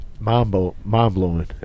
Mind-blowing